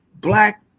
Black